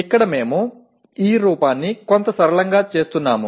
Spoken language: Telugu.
ఇక్కడ మేము ఈ రూపాన్ని కొంత సరళంగా చేస్తున్నాము